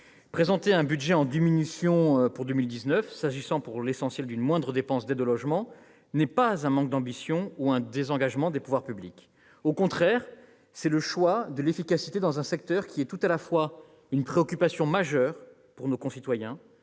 Présenter un budget en diminution pour 2019- s'agissant pour l'essentiel d'une moindre dépense d'aides au logement -n'est pas un manque d'ambition ou un désengagement des pouvoirs publics. Au contraire, c'est le choix de l'efficacité dans un secteur qui est tout à la fois une préoccupation majeure de nos concitoyens,